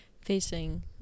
facing